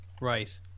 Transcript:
Right